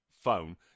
phone